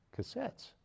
cassettes